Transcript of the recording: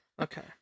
Okay